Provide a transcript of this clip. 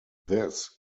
this